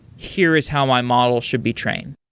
here is how my model should be trained.